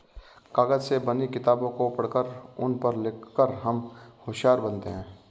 कागज से बनी किताबों को पढ़कर उन पर लिख कर हम होशियार बनते हैं